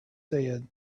said